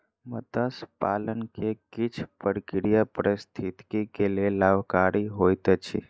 मत्स्य पालन के किछ प्रक्रिया पारिस्थितिकी के लेल लाभकारी होइत अछि